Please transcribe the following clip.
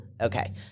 Okay